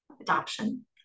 adoption